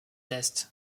tests